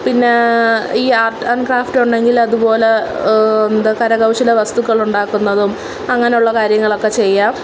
പിന്നെ ഈ art and craft ഉണ്ടെങ്കിൽ അതുപോലെ എന്താണ് കരകൗശല വസ്തുക്കളുണ്ടാക്കുന്നതും അങ്ങനെയുള്ള കാര്യങ്ങളൊക്കെ ചെയ്യാം